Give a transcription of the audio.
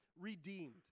redeemed